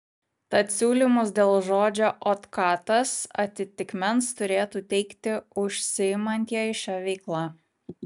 tad siūlymus dėl žodžio otkatas atitikmens turėtų teikti užsiimantieji šia veikla